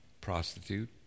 prostitute